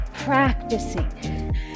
practicing